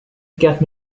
get